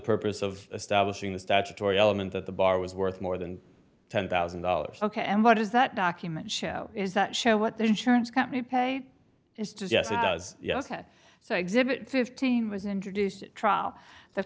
purpose of establishing the statutory element that the bar was worth more than ten thousand dollars ok and what does that document show is that show what the insurance company pay is yes it does yes so exhibit fifteen was introduced at trial the